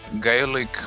Gaelic